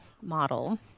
model